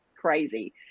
crazy